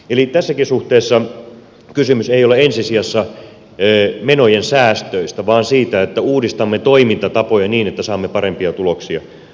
eli tässäkään suhteessa kysymys ei ole ensi sijassa menojen säästöistä vaan siitä että uudistamme toimintatapoja niin että saamme parempia tuloksia aikaiseksi